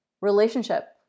relationship